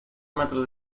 metros